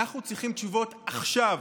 אנחנו צריכים תשובות עכשיו.